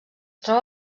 troba